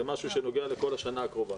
זה משהו שנוגע לכל השנה הקרובה.